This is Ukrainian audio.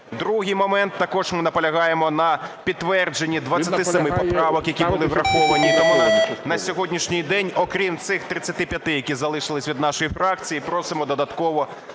Другий момент. Також ми наполягаємо на підтвердженні 27 поправок, які були враховані. І тому на сьогоднішній день, окрім цих 35, які залишилися від нашої фракції, просимо додатково